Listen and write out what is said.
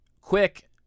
quick